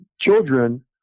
children